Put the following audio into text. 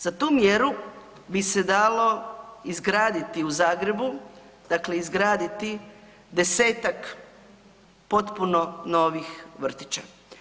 Za tu mjeru bi se dalo izgraditi u Zagrebu, dakle izgraditi 10-tak potpuno novih vrtića.